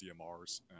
DMRs